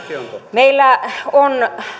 meillä on